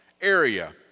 area